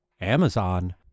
Amazon